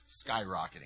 skyrocketing